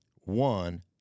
one